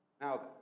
Now